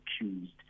accused